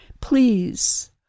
Please